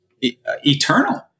eternal